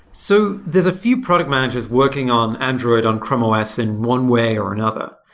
so there's a few product managers working on android on chrome os in one way or another.